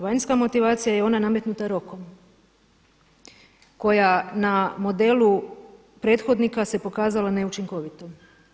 Vanjska motiva je ona nametnuta rokom koja na modelu prethodnika se pokazala neučinkovitom.